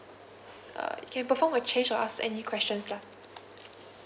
uh can perform a change or ask any question lah